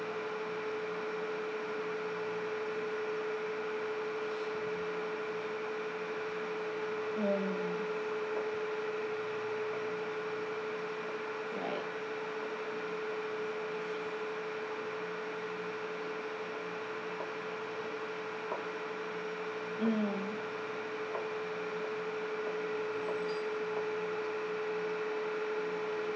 mm right mm